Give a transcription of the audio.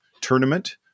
tournament